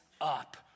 up